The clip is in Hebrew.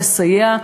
לסייע,